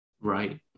Right